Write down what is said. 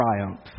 triumph